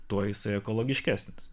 tuo jisai ekologiškesnis